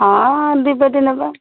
ହଁ ଦୁଇ ପେଟି ନେବା